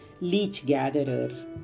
leech-gatherer